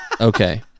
okay